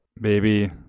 Baby